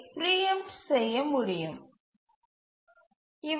இவை greedy greedy ஸ்கேட்யூலர்கள் என்றும் அழைக்கப்படுகின்றன